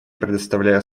предоставляю